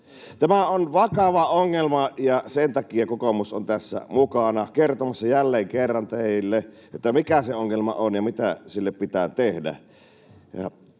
Tämä on vakava ongelma, ja sen takia kokoomus on tässä mukana, kertomassa jälleen kerran teille, mikä se ongelma on ja mitä sille pitää tehdä.